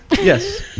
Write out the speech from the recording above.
Yes